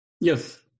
Yes